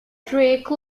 drake